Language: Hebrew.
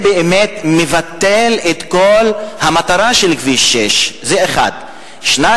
זה באמת מבטל את כל המטרה של כביש 6. שנית,